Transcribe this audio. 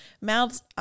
Mouths